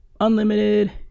unlimited